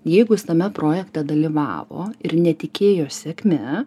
jeigu jis tame projekte dalyvavo ir netikėjo sėkme